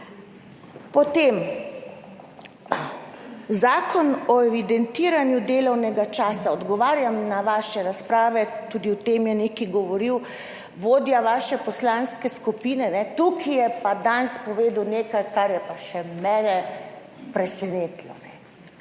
Potem Zakon o evidentiranju delovnega časa. Odgovarjam na vaše razprave, tudi o tem je nekaj govoril vodja vaše poslanske skupine. Tukaj je pa danes povedal nekaj, kar je pa še mene presenetilo.